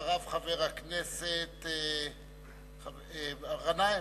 אחריו, חבר הכנסת גנאים.